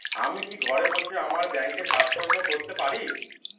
আমি কি ঘরে বসে আমার ব্যাংকের কাজকর্ম করতে পারব?